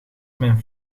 mijn